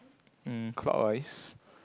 mm clockwise